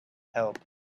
help